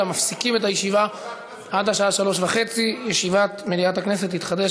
אלא מפסיקים את הישיבה עד 15:30. ישיבת מליאת הכנסת תתחדש,